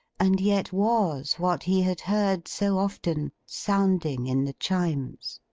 and yet was what he had heard so often sounding in the chimes.